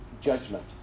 judgment